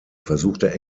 versuchte